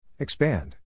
Expand